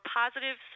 positive